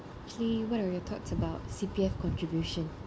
actually what are your thoughts about C_P_F contribution